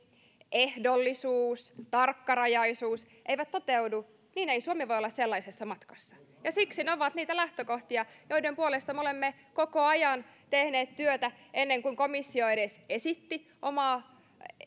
ehdollisuus tarkkarajaisuus eivät toteudu niin ei suomi voi olla matkassa sellaisessa ja siksi ne ovat niitä lähtökohtia joiden puolesta me olemme koko ajan tehneet työtä ennen kuin komissio edes esitti omaa